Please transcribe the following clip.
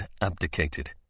abdicated